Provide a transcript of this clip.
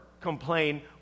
complain